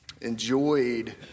enjoyed